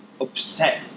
upset